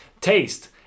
taste